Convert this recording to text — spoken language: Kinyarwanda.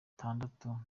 itandatu